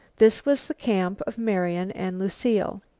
this was the camp of marian and lucile.